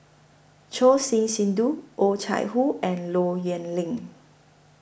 Choor Singh Sidhu Oh Chai Hoo and Low Yen Ling